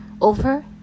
over